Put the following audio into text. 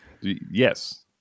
yes